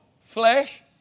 Flesh